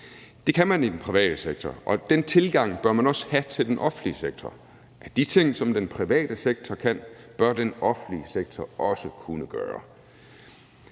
Det kan man i den private sektor, og den tilgang bør man også have til den offentlige sektor. De ting, som den private sektor kan gøre, bør den offentlige sektor også kunne gøre.